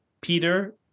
Peter